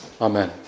Amen